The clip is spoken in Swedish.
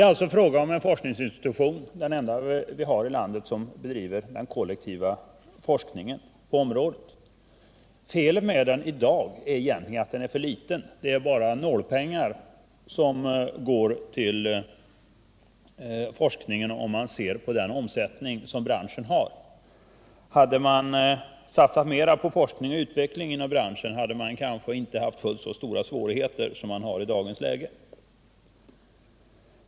Det gäller här en forskningsinstitution— den enda i landet som bedriver kollektiv forskning på området. Felet med den i dag är egentligen att den är för liten. Det är bara nålpengar som går till forskningen, om man ser på branschens omsättning. Hade man satsat mera på forskning och utveckling inom branschen, hade man kanske inte haft fullt så stora svårigheter som dem man har i dag.